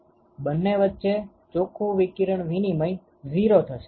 બંને વચ્ચે ચોખ્ખું વિકિરણ વિનિમય 0 થશે